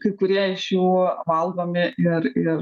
kai kurie iš jų valgomi ir ir